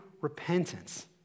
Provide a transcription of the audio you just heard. repentance